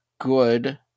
good